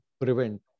prevent